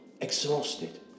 Exhausted